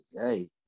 Hey